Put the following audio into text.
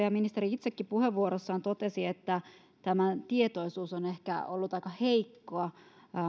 ja ministeri itsekin puheenvuorossaan totesi että tietoisuus siitä on ollut aika heikkoa